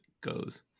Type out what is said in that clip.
goes